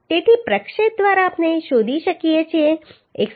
તેથી પ્રક્ષેપ દ્વારા આપણે શોધી શકીએ છીએ 147